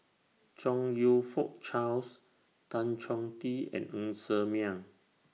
Chong YOU Fook Charles Tan Chong Tee and Ng Ser Miang